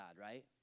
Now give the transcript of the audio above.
right